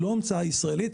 היא לא המצאה ישראלית.